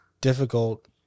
difficult